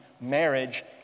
marriage